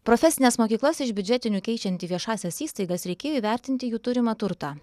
profesines mokyklas iš biudžetinių keičiant į viešąsias įstaigas reikėjo įvertinti jų turimą turtą